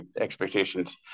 expectations